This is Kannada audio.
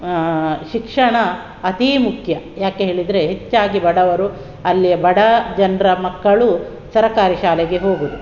ಶಿಕ್ಷಣ ಅತಿ ಮುಖ್ಯ ಯಾಕೆ ಹೇಳಿದರೆ ಹೆಚ್ಚಾಗಿ ಬಡವರು ಅಲ್ಲಿಯ ಬಡ ಜನರ ಮಕ್ಕಳು ಸರಕಾರಿ ಶಾಲೆಗೆ ಹೋಗುವುದು